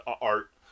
art